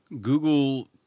Google